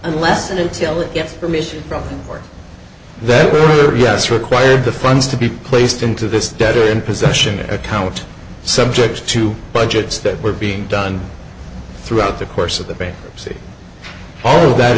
unless and until it gets permission from or that yes require the funds to be placed into this debtor in possession of account subject to budgets that were being done throughout the course of the bankruptcy all that